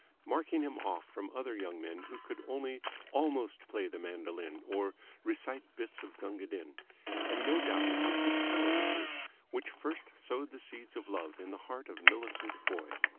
marking him off from other young men who could only almost play the mandolin or recite bits of gunga din and no doubt it was this talent of his which first sowed the seeds of love in the heart of millicent boyd.